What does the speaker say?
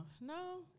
no